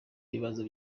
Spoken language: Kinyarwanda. ibibazo